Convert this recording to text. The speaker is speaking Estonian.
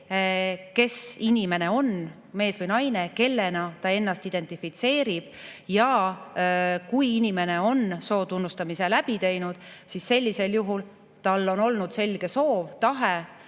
kes inimene on, mees või naine, kellena ta ennast identifitseerib. Kui inimene on soo tunnustamise läbi teinud, siis sellisel juhul tal on olnud selge soov ja